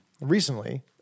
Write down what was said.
recently